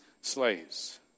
slaves